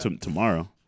tomorrow